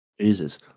Jesus